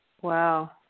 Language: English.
Wow